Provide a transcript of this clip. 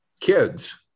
kids